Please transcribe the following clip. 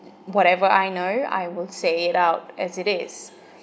whatever I know I will say it out as it is